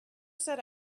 said